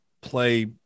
play